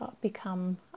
become